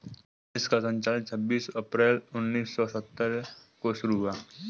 इसका संचालन छब्बीस अप्रैल उन्नीस सौ सत्तर को शुरू हुआ